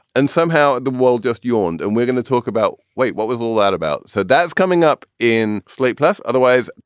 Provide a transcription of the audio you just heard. and somehow the world just yawned. and we're going to talk about what was all that about. so that's coming up in slate plus otherwise,